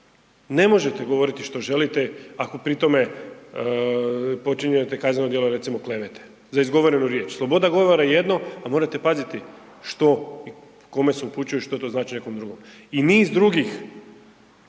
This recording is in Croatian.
Ne možete govoriti što želite ali pri tome počinite kazneno djelo recimo klevete, za izgovorenu riječ. Sloboda govora je jedno, a morate pazite što i kome se upućuje, što to znači nekom drugom. I niz drugih